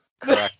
Correct